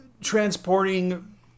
transporting